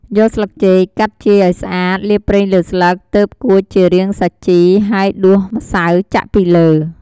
យកស្លឹកចេក កាត់ជាយឱ្យស្អាត លាបប្រេងលើស្លឹក ទើបគួចជារាងសាជី ហើយដួសម្សៅចាក់ពីលើ។